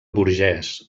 burgès